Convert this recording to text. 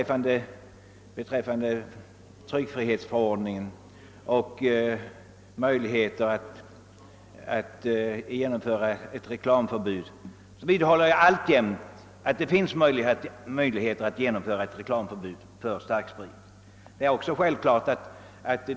Beträffande tryckfrihetsförordningen som hinder mot att införa ett reklamförbud vidhåller jag att det finns möjligheter att genomföra ett reklamförbud för starksprit.